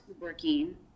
working